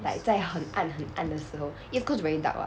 like 在很暗很暗的时候 ya cause very dark [what]